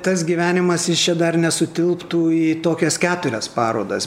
tas gyvenimas jis čia dar nesutilptų į tokias keturias parodas